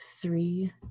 three